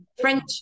French